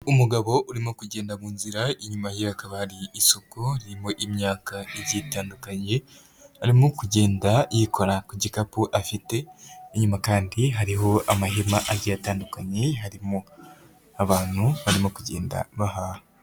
Umugabo urimo kugenda mu nzira inyuma ye hakaba isoko ririmo imyaka igiye itandukanye, arimo kugenda yikora ku gikapu afite inyuma, kandi hariho amahema abiri atandukanye, harimo abantu barimo kugenda bahaha.